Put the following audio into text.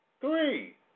Three